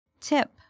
tip